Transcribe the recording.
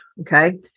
okay